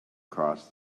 cross